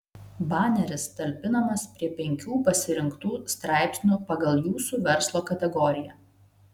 baneris talpinamas prie penkių pasirinktų straipsnių pagal jūsų verslo kategoriją